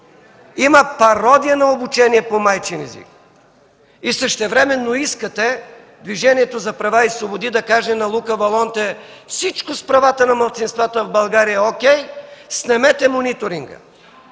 Има пародия на обучение по майчин език! Същевременно искате Движението за права и свободи да каже на Лука Волонте: „Всичко с правата на малцинствата в България е о’кей, снемете мониторинга.”